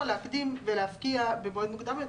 להקדים ולהפקיע במועד מוקדם יותר.